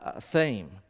theme